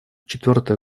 четвертая